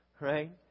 Right